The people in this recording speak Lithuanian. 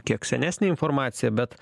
kiek senesnė informacija bet